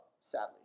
sadly